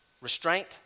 Restraint